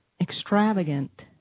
extravagant